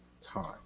time